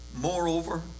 Moreover